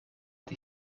die